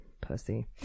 Pussy